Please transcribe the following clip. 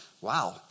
Wow